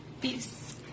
Peace